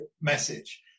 message